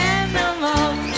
animals